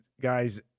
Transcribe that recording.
guys